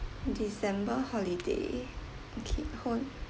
december holiday okay hold on